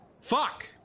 Fuck